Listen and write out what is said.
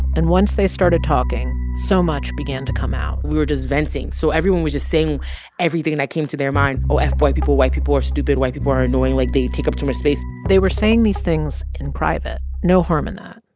and once they started talking, so much began to come out n we were just venting. so everyone was just saying everything that came to their mind. oh, f white people. white people are stupid. white people are annoying. like, they take up too much space they were saying these things in private no harm in that.